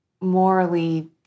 morally